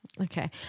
Okay